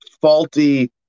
faulty